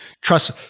Trust